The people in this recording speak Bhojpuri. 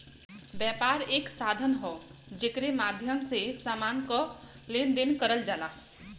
व्यापार एक साधन हौ जेकरे माध्यम से समान क लेन देन करल जाला